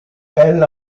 elle